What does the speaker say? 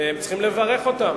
וצריכים לברך אותם.